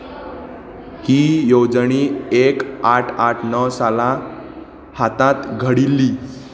ही येवजण एक आठ आठ णव सालां हातांत घडिल्ली